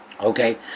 Okay